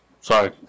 Sorry